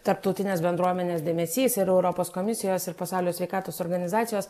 tarptautinės bendruomenės dėmesys ir europos komisijos ir pasaulio sveikatos organizacijos